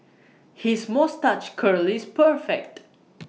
his moustache curl is perfect